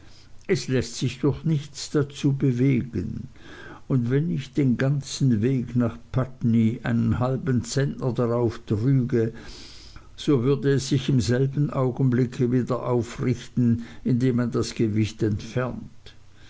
es läßt sich durch nichts dazu bewegen und wenn ich den ganzen weg nach putney einen halben zentner drauf trüge so würde es sich in demselben augenblick wieder aufrichten in dem man das gewicht entfernt